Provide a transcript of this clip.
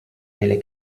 nelle